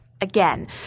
again